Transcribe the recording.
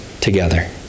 together